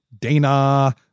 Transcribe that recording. Dana